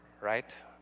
right